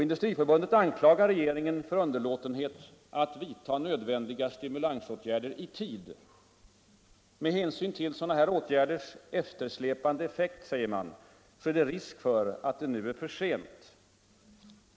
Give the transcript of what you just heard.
Industriförbundet anklagar regeringen för underlåtenhet att vidta nödvändiga stimulansåtgärder. Med hänsyn till sådana här åtgärders eftersläpande effekt, säger man, är det risk för att det nu är för sent.